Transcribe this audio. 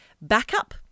backup